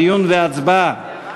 דיון והצבעה.